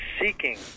seeking